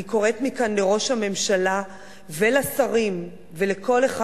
אני קוראת מכאן: לראש הממשלה ולשרים ולכל אחד